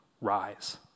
rise